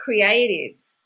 creatives